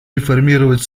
реформировать